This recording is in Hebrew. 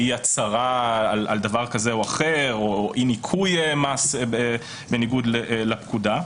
אי הצהרה על דבר כזה או אחר או אי ניכוי מס בניגוד לפקודה.